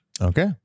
Okay